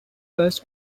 was